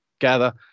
gather